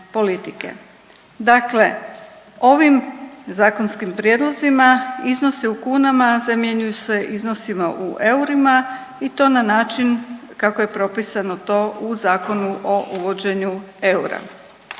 Dakle, ovim zakonskim prijedlozima iznosi u kunama zamjenjuju se iznosima u eurima i to na način kako je propisani to u Zakonu o uvođenju eura.